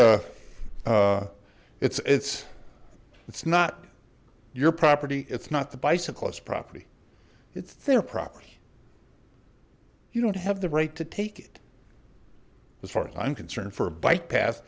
it's it's it's not your property it's not the bicyclist property it's their property you don't have the right to take it as far as i'm concerned for a bike path